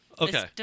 okay